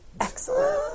Excellent